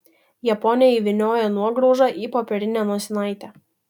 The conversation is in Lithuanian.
japonė įvynioja nuograužą į popierinę nosinaitę